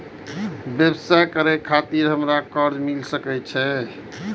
व्यवसाय करे खातिर हमरा कर्जा मिल सके छे?